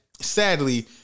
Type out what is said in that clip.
sadly